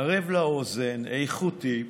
ערב לאוזן, איכותי.